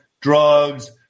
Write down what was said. drugs